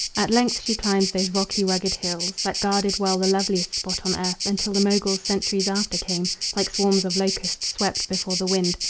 at length she climbs those rocky, rugged hills. that guarded well the loveliest spot on earth until the moguls centuries after came, like swarms of locusts swept before the wind,